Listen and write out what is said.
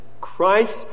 Christ